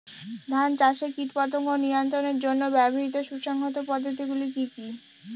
ধান চাষে কীটপতঙ্গ নিয়ন্ত্রণের জন্য ব্যবহৃত সুসংহত পদ্ধতিগুলি কি কি?